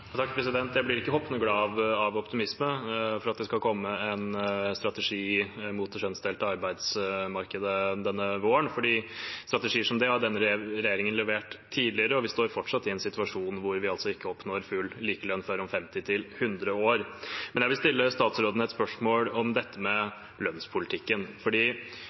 Jeg blir ikke hoppende glad av optimisme for at det skal komme en strategi mot det kjønnsdelte arbeidsmarkedet denne våren, for strategier som det har denne regjeringen levert tidligere, og vi står fortsatt i en situasjon der vi ikke oppnår full likelønn før om 50–100 år. Jeg vil stille statsråden et spørsmål om dette med lønnspolitikken.